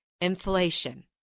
Inflation